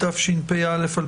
התשפ"א-2021.